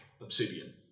obsidian